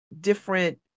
different